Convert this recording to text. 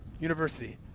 University